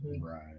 Right